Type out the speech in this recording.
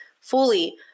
fully